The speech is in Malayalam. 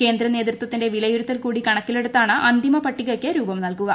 കേന്ദ്ര നേതൃത്വത്തിന്റെ വിലയിരുത്തൽ കൂടി കണക്കിലെടുത്താണ് അന്തിമപട്ടികയ്ക്കു രൂപം നൽകുക